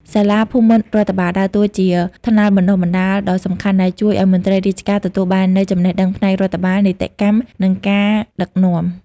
សាលាភូមិន្ទរដ្ឋបាល ដើរតួជាថ្នាលបណ្តុះបណ្តាលដ៏សំខាន់ដែលជួយឱ្យមន្ត្រីរាជការទទួលបាននូវចំណេះដឹងផ្នែករដ្ឋបាល នីតិកម្ម និងការដឹកនាំ។